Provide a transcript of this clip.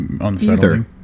unsettling